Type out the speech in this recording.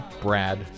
Brad